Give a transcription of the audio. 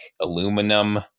aluminum